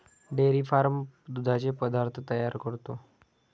dairy farm दुधाचे पदार्थ तयार करतो